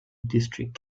district